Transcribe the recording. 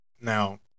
Now